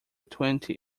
twenty